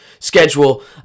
schedule